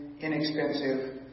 inexpensive